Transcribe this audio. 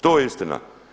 To je istina.